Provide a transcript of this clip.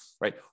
Right